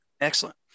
Excellent